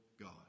God